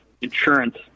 insurance